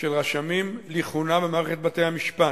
של רשמים לכהונה במערכת בתי-המשפט.